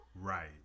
Right